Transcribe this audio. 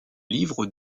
livres